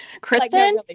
Kristen